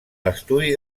l’estudi